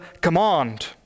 command